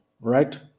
right